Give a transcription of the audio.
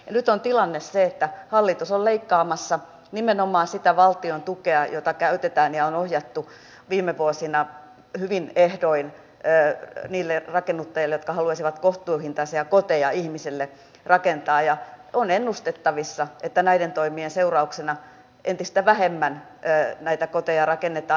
nyt on tilanne se että hallitus on leikkaamassa nimenomaan sitä valtion tukea jota käytetään ja on ohjattu viime vuosina hyvin ehdoin niille rakennuttajille jotka haluaisivat kohtuuhintaisia koteja ihmisille rakentaa ja on ennustettavissa että näiden toimien seurauksena entistä vähemmän näitä koteja rakennetaan